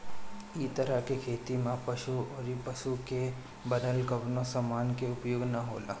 इ तरह के खेती में पशु अउरी पशु से बनल कवनो समान के उपयोग ना होला